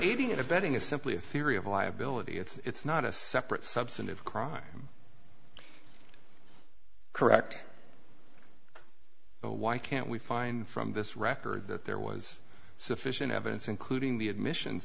proceeding and abetting is simply a theory of liability it's not a separate substantive crime correct well why can't we find from this record that there was sufficient evidence including the admissions